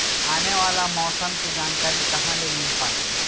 आने वाला मौसम के जानकारी कहां से मिल पाही?